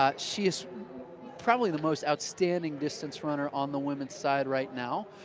ah she's probably the most outstanding distance runner on the women's side right now.